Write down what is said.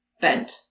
bent